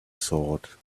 thought